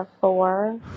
four